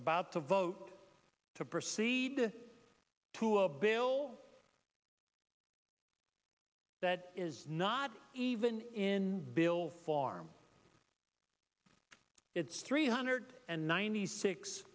about to vote to proceed to a bill that is not even in bill farm it's three hundred and ninety six